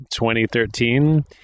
2013